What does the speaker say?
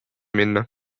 minna